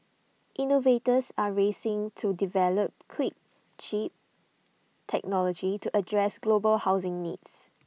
innovators are racing to develop quick cheap technology to address global housing needs